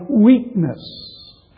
weakness